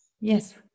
yes